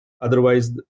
otherwise